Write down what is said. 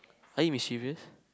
are you mischievous